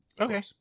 Okay